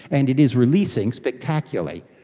and it is releasing spectacularly.